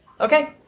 Okay